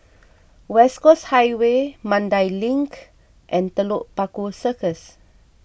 West Coast Highway Mandai Link and Telok Paku Circus